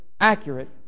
accurate